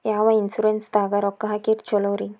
ಯಾವ ಇನ್ಶೂರೆನ್ಸ್ ದಾಗ ರೊಕ್ಕ ಹಾಕಿದ್ರ ಛಲೋರಿ?